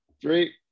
Three